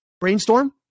brainstorm